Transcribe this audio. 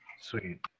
Sweet